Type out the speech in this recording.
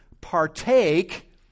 partake